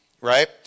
right